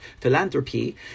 philanthropy